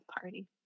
party